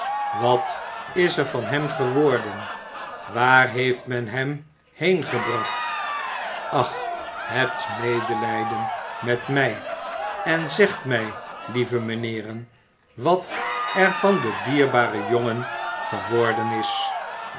wat is er van hem geworden waar heeft men hem heen gebracht ach hebt medelijden met mij en zegt mij lieve mijnheeren wat er van den dierbaren jongen geworden is